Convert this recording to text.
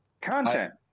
content